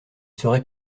saurait